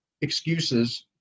excuses